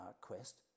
quest